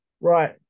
right